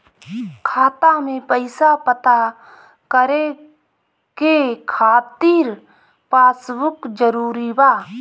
खाता में पईसा पता करे के खातिर पासबुक जरूरी बा?